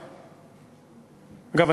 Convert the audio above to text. אגב,